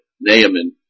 Naaman